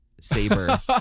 saber